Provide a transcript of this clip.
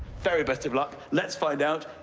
very best of luck. let's find out.